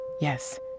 yes